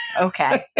Okay